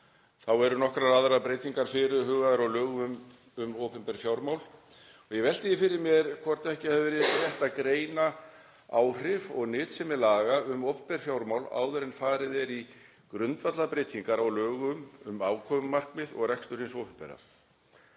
Þá eru nokkrar aðrar breytingar fyrirhugaðar á lögum um opinber fjármál. Ég velti því fyrir mér hvort ekki hefði verið rétt að greina áhrif og nytsemi laga um opinber fjármál áður en farið er í grundvallarbreytingar á lögum um afkomumarkmið og rekstur hins opinbera.